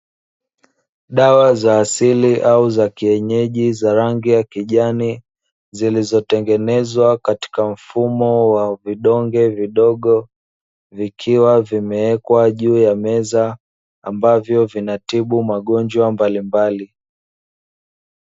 Dawa za asili au za kienyeji za rangi ya kijani, zilizotengenezwa katika mfumo wa vidonge vidogo, vikiwa vimewekwa juu ya mez, ambavyo vinatibu magonjwa mbalimbali.